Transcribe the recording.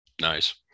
nice